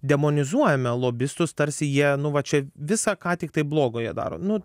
demonizuojame lobistus tarsi jie nu va čia visa ką tiktai blogo jie daro nu